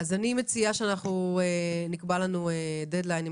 אני מציעה שנקבע לנו דד-ליין,